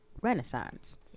Renaissance